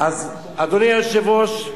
אדוני היושב-ראש,